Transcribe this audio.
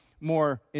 more